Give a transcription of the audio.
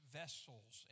vessels